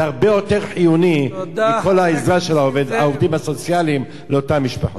זה הרבה יותר חיוני מכל העזרה של העובדים הסוציאליים לאותן המשפחות.